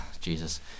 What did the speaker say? jesus